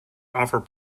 offer